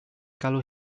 galw